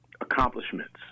accomplishments